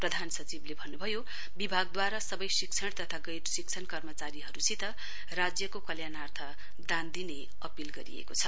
प्रधान सचिवले भन्नुभयो विभागद्वारा सबै शिक्षण तथा गैर शिक्षण कर्मचारीहरूसित राज्यको कल्याणार्थ दान दिने अपील गर्नुभएको छ